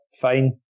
fine